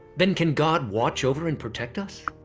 then can god watch over and protect us?